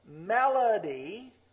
melody